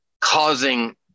causing